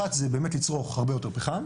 אחת זה לצרוך הרבה יותר פחם